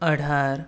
અઢાર